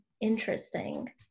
interesting